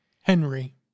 Henry